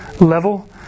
level